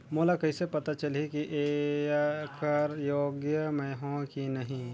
मोला कइसे पता चलही की येकर योग्य मैं हों की नहीं?